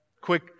Quick